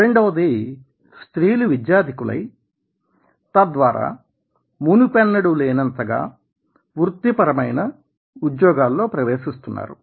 రెండవది స్త్రీలు విద్యాధికులై తద్వారా మునుపెన్నడూ లేనంతగా వృత్తిపరమైన ఉద్యోగాలలో ప్రవేశిస్తున్నారు